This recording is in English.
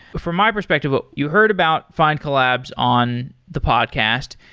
for my perspective, but you heard about findcollabs on the podcast.